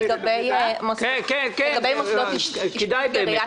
לגבי שאלתה של מירב כהן על המוסדות גריאטריים